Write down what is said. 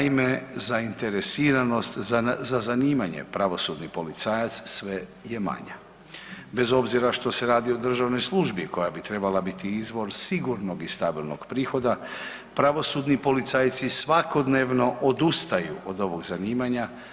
Naime zainteresiranost za zanimanje pravosudni policajac sve je manja bez obzira što se radi o državnoj službi koja bi trebala biti izvor sigurnog i stabilnog prihoda, pravosudni policajci svakodnevno odustaju od ovog zanimanja.